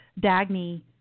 Dagny